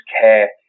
care